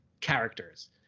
characters